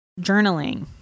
journaling